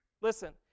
Listen